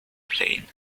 plane